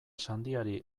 sandiari